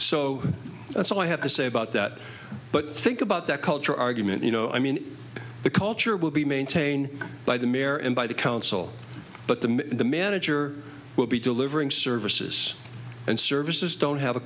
so that's all i have to say about that but think about that culture argument you know i mean the culture will be maintained by the mare and by the council but the manager will be delivering services and services don't have a